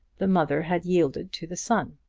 the mother had yielded to the son.